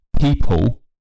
people